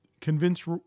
convince